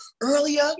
Earlier